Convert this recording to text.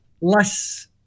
less